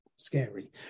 scary